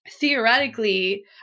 theoretically